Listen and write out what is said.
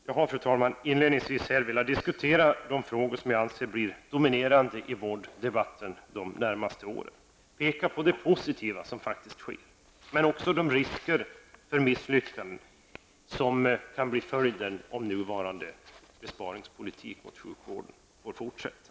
Fru talman! Jag har inledningsvis velat diskutera de frågor som jag anser blir dominerande i vårddebatten under de närmaste åren. Jag har velat peka på det positiva som faktiskt sker men också de risker för misslyckanden som kan bli följden om nuvarande besparingspolitik inom sjukvården får fortsätta.